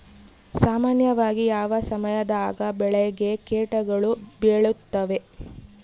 ಸಾಮಾನ್ಯವಾಗಿ ಯಾವ ಸಮಯದಾಗ ಬೆಳೆಗೆ ಕೇಟಗಳು ಬೇಳುತ್ತವೆ?